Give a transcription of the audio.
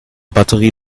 batterie